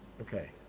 Okay